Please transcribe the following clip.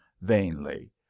vainly